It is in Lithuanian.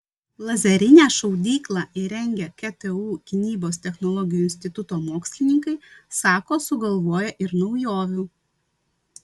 lazerinę šaudyklą įrengę ktu gynybos technologijų instituto mokslininkai sako sugalvoję ir naujovių